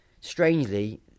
Strangely